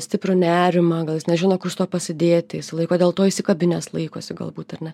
stiprų nerimą gal jis nežino kur pasidėti jisai laiko dėl to įsikabinęs laikosi galbūt ar ne